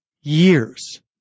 years